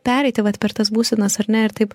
pereiti vat per tas būsenas ar ne ir taip